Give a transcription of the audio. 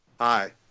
Hi